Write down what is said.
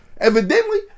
Evidently